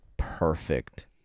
Perfect